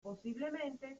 posiblemente